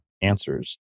answers